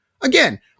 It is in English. again